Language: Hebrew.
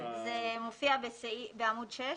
זה מופיע בעמוד 6,